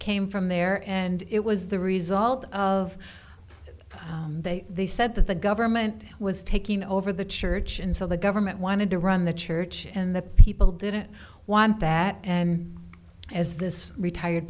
came from there and it was the result of they said that the government was taking over the church and so the government wanted to run the church and the people didn't want that and as this retired